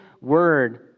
word